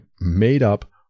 made-up